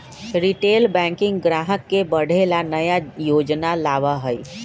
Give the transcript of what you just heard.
retail banking ग्राहक के बढ़े ला नया योजना लावा हई